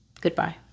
goodbye